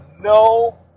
no